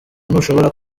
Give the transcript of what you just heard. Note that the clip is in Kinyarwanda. ntushobora